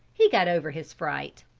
he got over his fright.